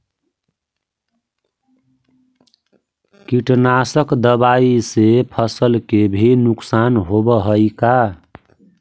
कीटनाशक दबाइ से फसल के भी नुकसान होब हई का?